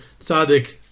tzaddik